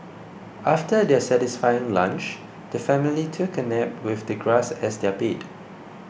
after their satisfying lunch the family took a nap with the grass as their bed